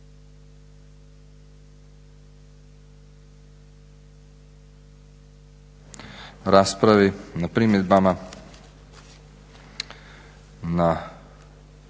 raspravi, na primjedbama, na